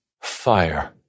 Fire